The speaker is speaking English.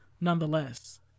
nonetheless